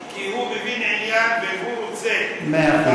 כי הוא מבין עניין והוא רוצה -- מאה אחוז.